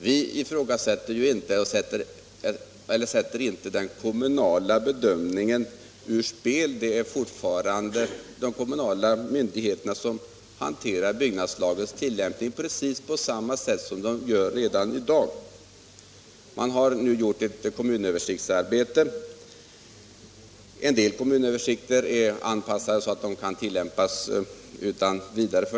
Vi sätter inte den kommunala bedömningen ur spel. Det blir — precis på samma sätt som nu — de kommunala myndigheterna som kommer att hantera byggnadslagens tillämpning. Man har nu gjort ett kommunöversiktsarbete. En del kommunöversikter är anpassade så att de kan tillämpas utan vidare.